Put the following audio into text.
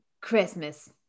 Christmas